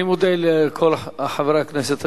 אני מודה לכל חברי הכנסת השואלים.